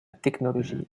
technologie